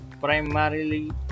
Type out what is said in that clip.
primarily